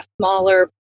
smaller